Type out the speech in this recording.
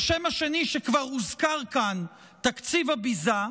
השם השני, שכבר הוזכר כאן, תקציב הביזה,